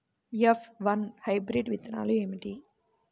F one hybrid విత్తనాలు ఏమిటి?